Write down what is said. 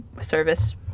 service